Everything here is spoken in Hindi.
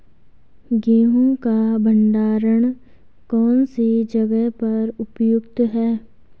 गेहूँ का भंडारण कौन सी जगह पर उपयुक्त है?